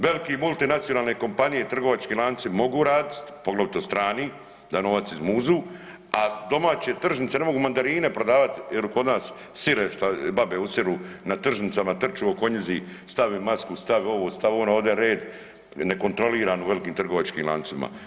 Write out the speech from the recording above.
Velike multinacionalne kompanije i trgovački lanci mogu raditi, poglavito strani da novac izmuzu, a domaće tržnice ne mogu mandarine prodavat il kod nas sir šta babe usiru na tržnicama trču oko njizi stavi masku, stavi ovo, ovde red nekontroliran u velikim trgovačkim lancima.